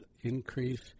increase